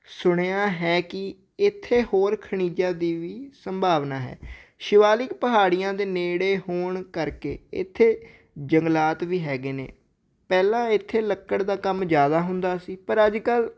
ਸੁਣਿਆ ਹੈ ਕਿ ਇੱਥੇ ਹੋਰ ਖਣਿਜਾਂ ਦੀ ਵੀ ਸੰਭਾਵਨਾ ਹੈ ਸ਼ਿਵਾਲਿਕ ਪਹਾੜੀਆਂ ਦੇ ਨੇੜੇ ਹੋਣ ਕਰਕੇ ਇੱਥੇ ਜੰਗਲਾਤ ਵੀ ਹੈਗੇ ਨੇ ਪਹਿਲਾਂ ਇੱਥੇ ਲੱਕੜ ਦਾ ਕੰਮ ਜ਼ਿਆਦਾ ਹੁੰਦਾ ਸੀ ਪਰ ਅੱਜ ਕੱਲ੍ਹ